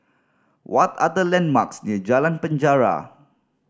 what are the landmarks near Jalan Penjara